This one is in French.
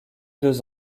deux